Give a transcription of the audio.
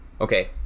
Okay